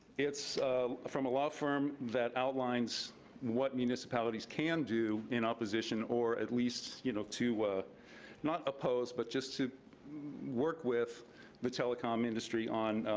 it's from a law firm that outlines what municipalities can do in opposition or at least you know to not oppose, but just to work with the telecom industry on